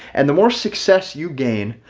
and the more success you gain,